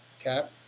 Okay